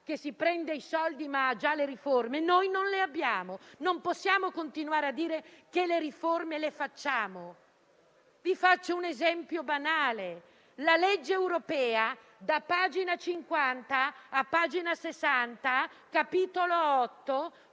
che prende i soldi ma ha già le riforme, mentre noi non le abbiamo. Non possiamo continuare a dire che le riforme le faremo. Vi faccio un esempio banale: la legge europea da pagina 50 a pagina 60, al capitolo 8,